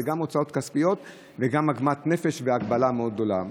זה גם הוצאות כספיות וגם עוגמת נפש והגבלה מאוד גדולה.